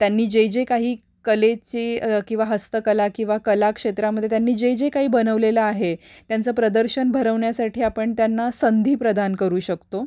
त्यांनी जे जे काही कलेचे किंवा हस्तकला किंवा कलाक्षेत्रामध्ये त्यांनी जे जे काही बनवलेलं आहे त्यांचं प्रदर्शन भरवण्यासाठी आपण त्यांना संधी प्रदान करू शकतो